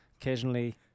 Occasionally